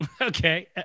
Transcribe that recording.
okay